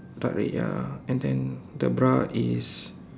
dark red ya and then the bra is